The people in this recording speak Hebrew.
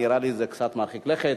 נראה לי שזה קצת מרחיק לכת.